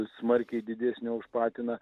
smarkiai didesnė už patiną